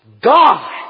God